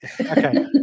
Okay